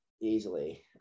easily